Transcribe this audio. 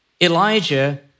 Elijah